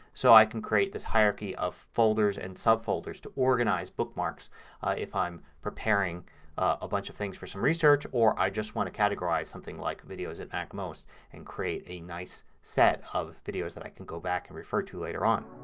so i can create this hierarchy of folders and subfolders to organize bookmarks if i'm preparing a bunch of things for some research research or i just want to categorize something like videos at macmost and create a nice set of videos that i can go back and refer to later on.